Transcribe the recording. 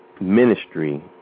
ministry